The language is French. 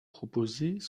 proposées